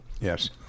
Yes